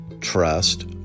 trust